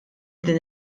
din